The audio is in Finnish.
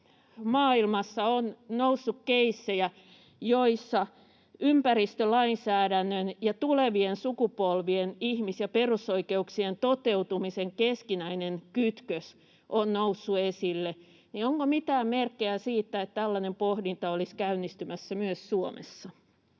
maailmassa on noussut keissejä, joissa ympäristölainsäädännön ja tulevien sukupolvien ihmis- ja perusoikeuksien toteutumisen keskinäinen kytkös on noussut esille, niin onko mitään merkkejä siitä, että tällainen pohdinta olisi käynnistymässä myös Suomessa?